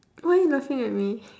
why you laughing at me